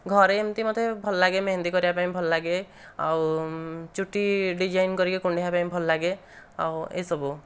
ଘରେ ଏମିତି ମୋତେ ଭଲ ଲାଗେ ମେହେନ୍ଦି କରିବାପାଇଁ ଭଲ ଲାଗେ ଆଉ ଚୁଟି ଡିଜାଇନ୍ କରିକି କୁଣ୍ଢେଇବାପାଇଁ ଭଲଲାଗେ ଆଉ ଏଇସବୁ